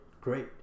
great